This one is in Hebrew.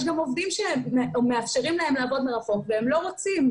יש גם עובדים שמאפשרים להם לעבוד מרחוק והם לא רוצים.